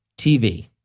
TV